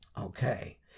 Okay